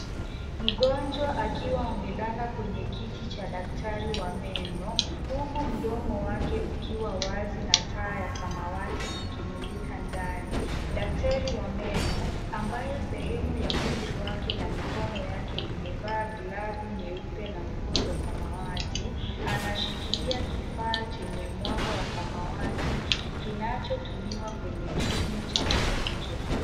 Mgonjwa akiwa amelala kwenye kiti cha daktari wa meno, huku mdomo wake ukiwa wazi na taa ya samawati ikimulika ndani. Daktari wa meno, ambaye sehemu ya mwili wake na mikono yake imevaa glavu nyeupe na nguo za samawati, anashikilia kifaa chenye mwanga wa samawati kinachotumiwa kwenye kinywa cha mgonjwa.